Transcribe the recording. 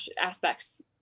aspects